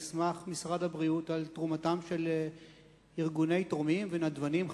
נסמך משרד הבריאות על תרומתם של ארגוני תורמים ונדבנים,